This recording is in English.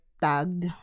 tagged